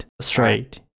straight